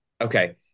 Okay